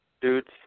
dudes